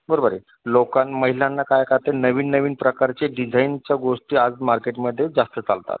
बरोबर आहे लोकांना महिलांना काय का ते नवीन नवीन प्रकारचे डिझाईनच्या गोष्टी आज मार्केटमध्ये जास्त चालतात